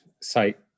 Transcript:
site